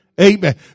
Amen